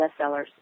bestsellers